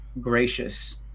gracious